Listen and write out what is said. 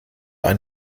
ein